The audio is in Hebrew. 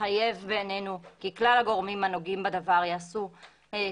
מחייב בעינינו כי כלל הגורמים הנוגעים בדבר יעשו עד